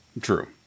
True